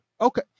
Okay